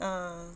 a'ah